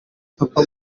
papa